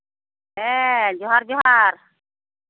ᱦᱮᱸ ᱡᱚᱦᱟᱨ ᱡᱚᱦᱟᱨ